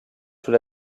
sous